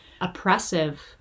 oppressive